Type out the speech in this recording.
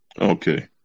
Okay